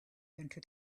into